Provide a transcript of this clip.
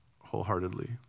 wholeheartedly